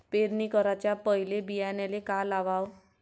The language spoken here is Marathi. पेरणी कराच्या पयले बियान्याले का लावाव?